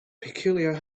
peculiar